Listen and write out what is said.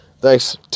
Thanks